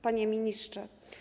Panie Ministrze!